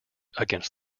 against